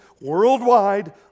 worldwide